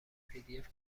pdf